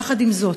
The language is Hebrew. יחד עם זאת,